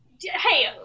Hey